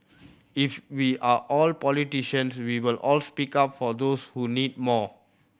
if we are all politicians we will all speak up for those who need more